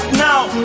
now